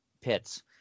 pits